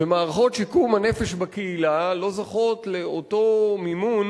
ומערכות שיקום הנפש בקהילה לא זוכות לאותו מימון